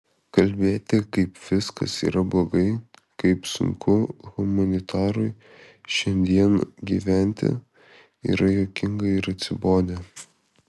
kalbėti kaip viskas yra blogai kaip sunku humanitarui šiandien gyventi yra juokinga ir atsibodę